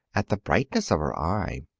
at the brightness of her eye.